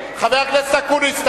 חבר הכנסת אקוניס,